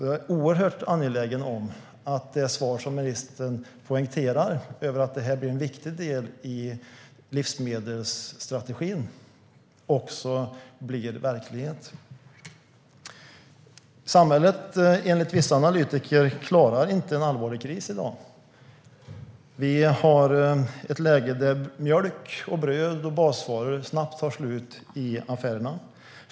Jag är oerhört angelägen om att det som ministern poängterar, att det här ska bli en viktig del i livsmedelsstrategin, också ska bli verklighet. Enligt vissa analytiker skulle samhället inte klara en allvarlig kris i dag. Mjölk, bröd och basvaror skulle snabbt ta slut i affärerna.